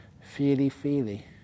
feely-feely